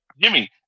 Jimmy